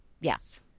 yes